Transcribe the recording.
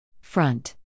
Front